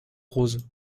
roses